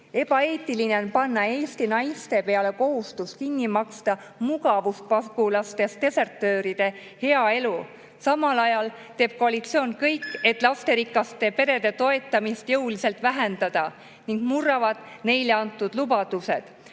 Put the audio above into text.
Ebaeetiline on panna Eesti naiste peale kohustus kinni maksta mugavuspagulastest desertööride hea elu. Samal ajal teeb koalitsioon kõik, et lasterikaste perede toetamist jõuliselt vähendada, ning murrab neile antud lubadused. Lugupeetud